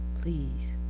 Please